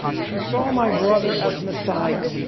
she saw my brother as messiah,